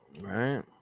Right